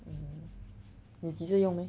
mm 你急着用 meh